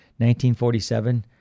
1947